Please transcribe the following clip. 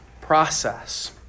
process